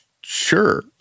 sure